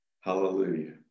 Hallelujah